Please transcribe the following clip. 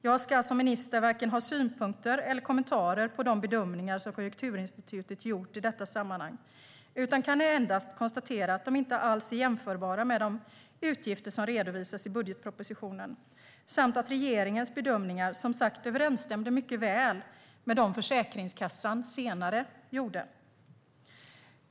Jag ska som minister ha varken synpunkter eller kommentarer på de bedömningar Konjunkturinstitutet gjort i detta sammanhang, utan jag kan endast konstatera att de inte alls är jämförbara med de utgifter som redovisats i budgetpropositionen samt att regeringens bedömningar, som sagt, överensstämde mycket väl med dem Försäkringskassan senare gjorde.